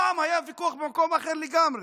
פעם היה ויכוח במקום אחר לגמרי,